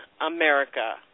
America